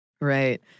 Right